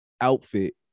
outfit